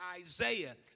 Isaiah